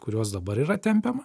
kuriuos dabar yra tempiama